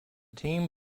team